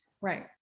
right